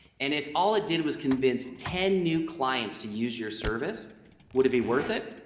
and if all it did was convinced ten new clients to use your service would it be worth it.